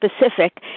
specific